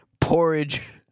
porridge